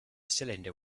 cylinder